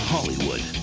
Hollywood